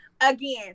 again